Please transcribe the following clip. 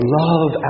love